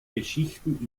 geschichten